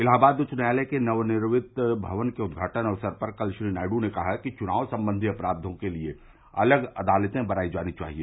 इलाहाबाद उच्च न्यायालय के नवनिर्मित भवन के उद्घाटन अवसर पर कल श्री नायडू ने कहा कि चुनाव संबंधी अपरायों के लिए अलग अदालते बनाई जानी घाहिए